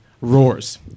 roars